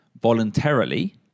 voluntarily